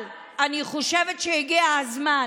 אבל אני חושבת שהגיע הזמן,